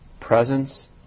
Presence